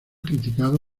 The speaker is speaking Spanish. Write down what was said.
criticado